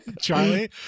Charlie